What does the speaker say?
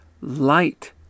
Light